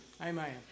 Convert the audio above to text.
Amen